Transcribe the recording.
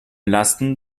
lasten